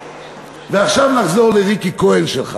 ועכשיו נחזור לריקי כהן שלך.